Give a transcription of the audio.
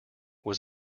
was